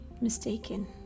mistaken